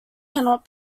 cannot